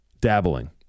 dabbling